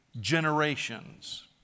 generations